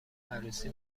عروسی